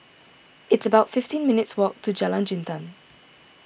it's about fifteen minutes' walk to Jalan Jintan